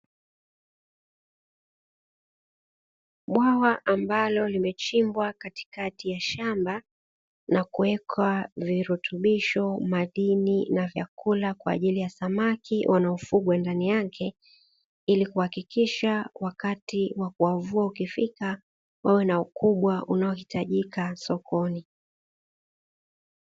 Bwawa ambalo limechimbwa katikati ya shamba na kuwekwa virutubisho, madini na vyakula kwa ajili ya samaki wanaofugwa ndani yake ili kuhakikisha wakati wa kuwavua ukifika wawe na ukubwa unaohitajika sokoni.